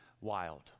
wild